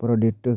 पूरा डिटो